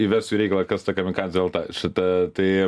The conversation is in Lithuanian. įvesiu į reikalą kas ta kamikadzė lt šita tai